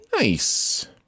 Nice